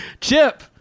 Chip